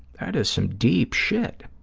that is some deep shit.